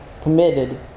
committed